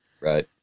Right